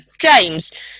James